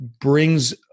brings